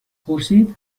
پرسید